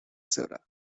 soda